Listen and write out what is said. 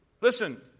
Listen